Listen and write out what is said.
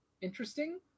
interesting